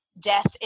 death